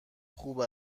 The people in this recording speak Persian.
خوب